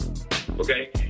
okay